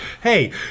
Hey